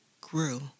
grew